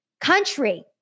country